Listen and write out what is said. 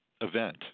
event